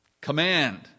Command